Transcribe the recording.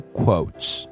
quotes